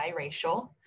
biracial